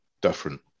different